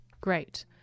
Great